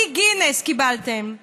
שיא גינס קיבלתם.